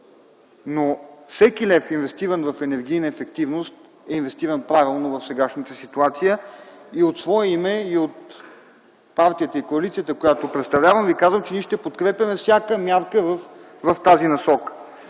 но всеки лев, инвестиран в енергийна ефективност, е инвестиран правилно в сегашната ситуация. От свое име и от името на партията и коалицията, която представлявам, Ви казвам, че ние ще подкрепяме всяка мярка в тази насока.